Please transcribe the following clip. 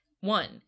One